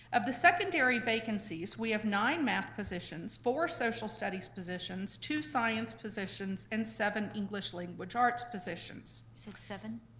of the secondary vacancies, we have nine math positions, four social studies positions, two science positions, and seven english language arts positions. you said seven?